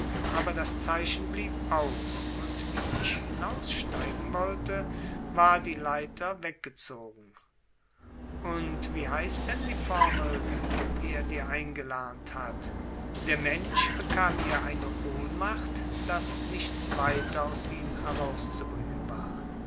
aber das zeichen blieb aus und wie ich hinaussteigen wollte war die leiter weggezogen und wie heißt denn die formel die er dir eingelernt hat der mensch bekam hier eine ohnmacht daß nichts weiter aus ihm herauszubringen war